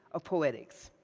of poetics.